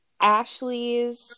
Ashley's